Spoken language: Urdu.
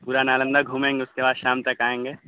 پورا نالندہ گھومیں گے اس کے بعد شام تک آئیں گے